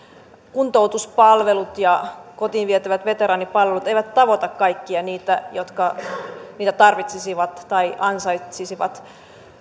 kuntoutuspalvelut ja kotiin vietävät veteraanipalvelut eivät tavoita kaikkia niitä jotka niitä tarvitsisivat tai ansaitsisivat